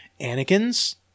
Anakin's